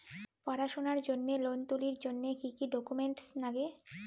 পড়াশুনার জন্যে লোন তুলির জন্যে কি কি ডকুমেন্টস নাগে?